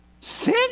Sin